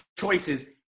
choices